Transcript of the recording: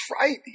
right